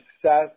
success